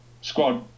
squad